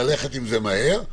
ללכת עם זה מהר,